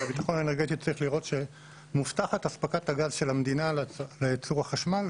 בביטחון האנרגטי צריך לראות שמובטחת אספקת הגז של המדינה לצורך חשמל,